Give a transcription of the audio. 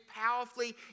powerfully